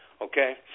Okay